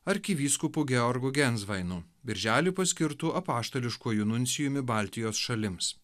arkivyskupu georgu gensvainu birželį paskirtu apaštališkuoju nuncijumi baltijos šalims